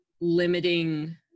limiting